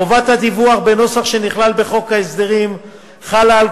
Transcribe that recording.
חובת הדיווח בנוסח שנכלל בחוק ההסדרים חלה על